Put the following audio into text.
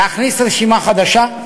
להכניס רשימה חדשה.